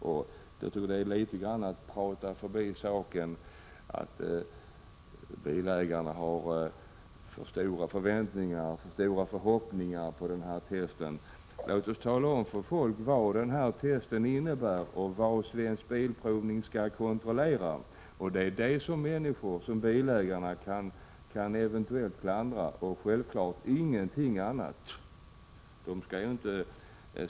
Jag tycker att det är att litet grand prata förbi saken att säga att bilägarna har för stora förhoppningar på testerna. Låt oss tala om för folk vad provningen innebär och vad Svensk Bilprovning skall kontrollera. Det är vad bilägarna eventuellt kan klandra och självfallet ingenting annat.